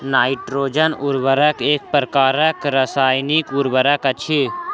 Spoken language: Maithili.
नाइट्रोजन उर्वरक एक प्रकारक रासायनिक उर्वरक अछि